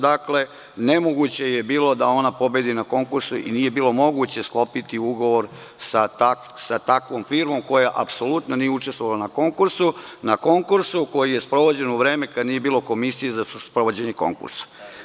Dakle, nemoguće je bilo da ona pobedi na konkursu i nije bilo moguće sklopiti ugovor sa takvom firmom koja apsolutno nije učestvovala na konkursu koji je sprovođen u vreme kada nije bilo komisije za sprovođenje konkursa.